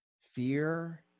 fear